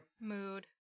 Mood